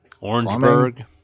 Orangeburg